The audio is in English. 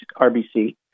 RBC